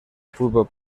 fútbol